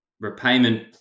repayment